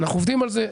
אנחנו עובדים על זה.